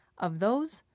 of those,